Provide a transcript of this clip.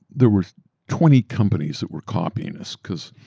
there were twenty companies that were copying us because